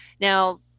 Now